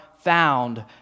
Found